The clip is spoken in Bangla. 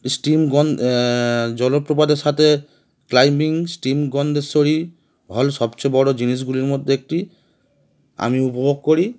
স্টিমগন্ধ জলপ্রপাতের সাথে ক্লাইম্বিং স্টিমগন্ধ স্বরী হল সবচেয়ে বড়ো জিনিসগুলির মধ্যে একটি আমি উপভোগ করি